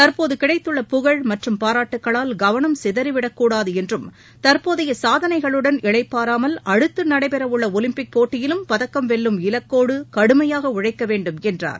தற்போது கிடைத்துள்ள புகழ் மற்றும் பாராட்டுகளால் கவனம் சிதறி விடக்கூடாது என்றும் தற்போதைய சாதனைகளுடன் இளைப்பாறாமல் அடுத்து நடைபெற உள்ள ஒலிம்பிக் போட்டியிலும் பதக்கம் வெல்லும் இலக்கோடு கடுமையாக உழைக்க வேண்டும் என்றார்